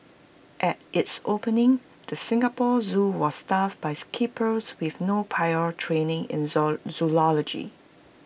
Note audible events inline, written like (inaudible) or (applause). at its opening the Singapore Zoo was staffed buys keepers with no prior training in (unintelligible) zoology